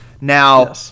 Now